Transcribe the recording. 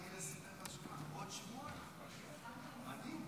לא הבנתי.